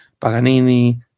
Paganini